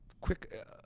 quick